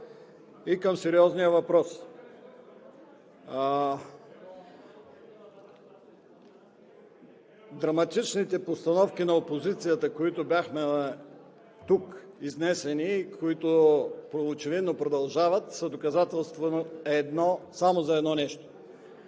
и към сериозния въпрос. Драматичните постановки на опозицията, които бяха изнесени тук и които очевидно продължават, са доказателство само за едно нещо